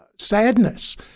sadness